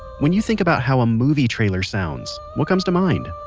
when you think about how a movie trailer sounds, what comes to mind?